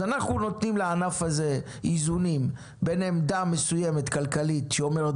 אז אנחנו נותנים לענף הזה איזונים בין עמדה מסוימת כלכלית שאומרת